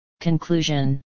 Conclusion